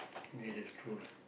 it is true lah